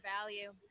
value